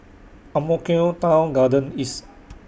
Ang Mo Kio Town Garden East